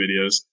videos